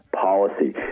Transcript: policy